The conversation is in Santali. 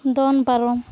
ᱫᱚᱱ ᱯᱟᱨᱚᱢ